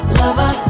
lover